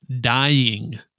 dying